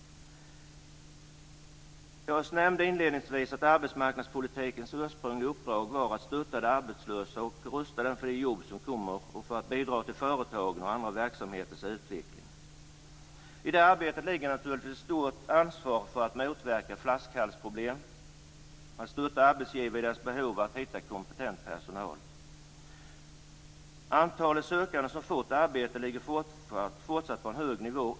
Jag nämnde inledningsvis att arbetsmarknadspolitikens ursprungliga uppdrag var att stötta de arbetslösa och rusta dem för de jobb som kommer och att bidra till företagens och andra verksamheters utveckling. I det arbetet ligger naturligtvis ett stort ansvar för att motverka flaskhalsproblem och för att stötta arbetsgivarna i deras behov av att hitta kompetent personal. Antalet sökande som har fått arbete ligger fortsatt på en hög nivå.